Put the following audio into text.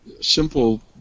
simple